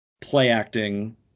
play-acting